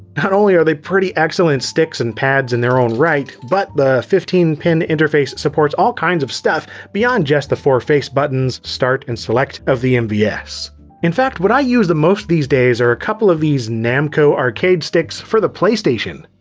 not only are they pretty excellent sticks and pads in their own right, but the fifteen pin interface supports all kinds of stuff beyond just the four face buttons, start, and select of the and mvs. in fact, what i use the most these days are a couple of these namco arcade sticks for the playstation.